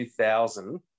2000